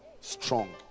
strong